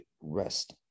rest